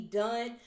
done